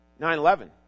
9-11